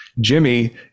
Jimmy